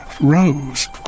rose